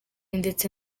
ndetse